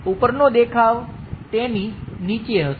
ઉપરનો દેખાવ તેની નીચે હશે